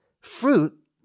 fruit